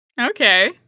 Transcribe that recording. Okay